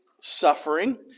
suffering